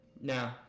No